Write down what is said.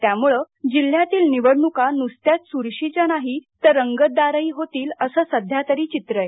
त्यामुळं जिल्ह्यातील निवडणुका नुसत्या चुरशीच्या नाही तर रंगतदारही होतील असं सध्या तरी चित्र आहे